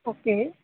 okay